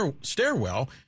stairwell